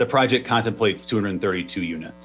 the project contemplates two hundred thirty two unit